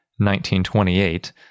1928